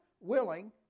willing